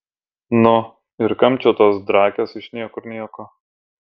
nu ir kam čia tos drakės iš niekur nieko